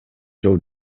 жыл